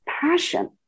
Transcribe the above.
passion